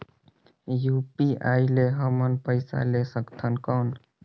UPI ले हमन पइसा ले सकथन कौन?